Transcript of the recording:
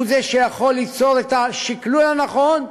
הוא שיכול ליצור את השקלול הנכון,